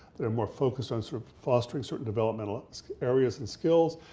that are more focused on sort of fostering certain developmental ah areas and skills.